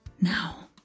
Now